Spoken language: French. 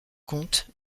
compte